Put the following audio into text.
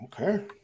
okay